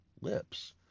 lips